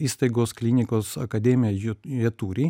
įstaigos klinikos akademija jų jie turi